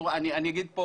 אני אגיד,